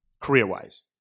career-wise